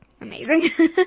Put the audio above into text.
amazing